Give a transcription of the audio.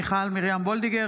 מיכל מרים וולדיגר,